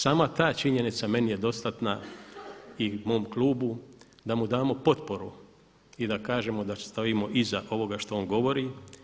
Sama ta činjenica meni je dostatna i mom klubu da mu damo potporu i da kažemo da stojimo iza ovoga što on govori.